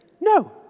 no